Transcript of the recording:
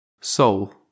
Soul